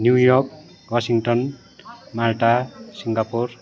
New York Washington Malta Singapore